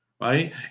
right